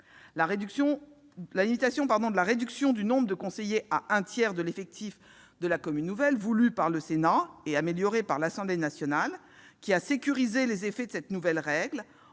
La limitation de la réduction du nombre de conseillers à un tiers de l'effectif de la commune nouvelle, voulue par le Sénat et améliorée par l'Assemblée nationale, qui a sécurisé les effets de cette nouvelle règle